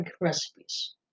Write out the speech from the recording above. recipes